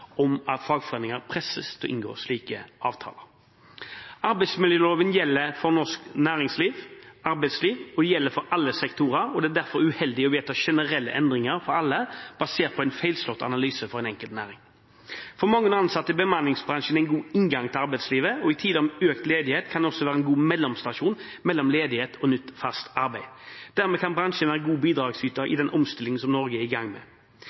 om at fagforeninger presses til å inngå slike avtaler. Arbeidsmiljøloven gjelder for norsk næringsliv/arbeidsliv og gjelder for alle sektorer. Det er derfor uheldig å vedta generelle endringer for alle basert på en feilslått analyse for en enkelt næring. For mange ansatte er bemanningsbransjen en god inngang til arbeidslivet, og i tider med økt ledighet kan den også være en god mellomstasjon mellom ledighet og nytt fast arbeid. Dermed kan bransjen være en god bidragsyter i den omstillingen som Norge er i gang med.